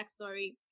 backstory